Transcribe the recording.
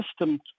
system